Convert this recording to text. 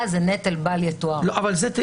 צריך לשקול את הזיקה בין ההסדר הפרטני לבין ההסדר הכללי,